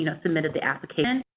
you know submitted the application.